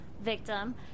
victim